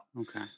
Okay